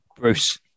Bruce